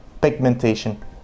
pigmentation